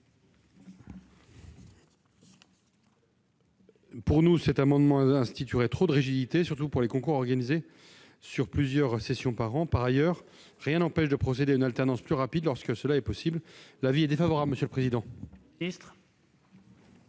selon nous, une trop grande rigidité, surtout pour les concours organisés sur plusieurs sessions par an. Par ailleurs, rien n'empêche de procéder à une alternance plus rapide lorsque cela est possible. L'avis est défavorable. Quel est l'avis